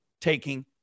taking